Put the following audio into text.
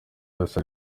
byose